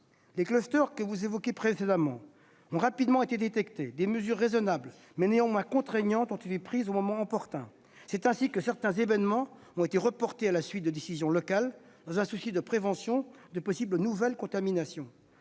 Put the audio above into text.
Les évoqués par M. le ministre ont été rapidement détectés. Des mesures raisonnables, mais néanmoins contraignantes, ont été prises au moment opportun. C'est ainsi que certains événements ont été reportés à la suite de décisions locales, dans un souci de prévention de possibles nouvelles contaminations.